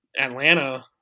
Atlanta